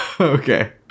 Okay